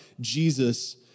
Jesus